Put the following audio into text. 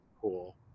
Cool